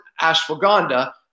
ashwagandha